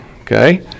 okay